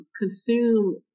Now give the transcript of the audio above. Consume